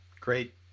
great